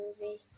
movie